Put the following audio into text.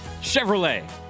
Chevrolet